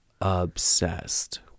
obsessed